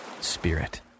spirit